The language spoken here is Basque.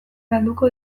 galduko